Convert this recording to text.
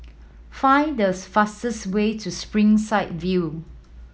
find thus fastest way to Springside View